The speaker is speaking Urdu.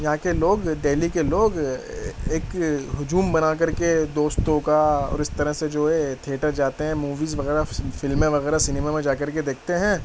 یہاں کے لوگ دہلی کے لوگ ایک ہجوم بنا کر کے دوستوں کا اور اس طرح سے جو ہے تھیٹر جاتے ہیں موویز وغیرہ فلمیں وغیرہ سنیما میں جا کر کے دیکھتے ہیں